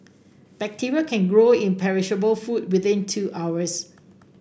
bacteria can grow in perishable food within two hours